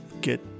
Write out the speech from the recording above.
get